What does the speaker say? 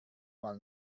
mal